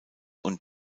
und